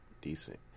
decent